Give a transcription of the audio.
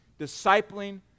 discipling